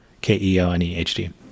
K-E-O-N-E-H-D